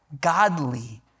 godly